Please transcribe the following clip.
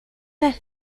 las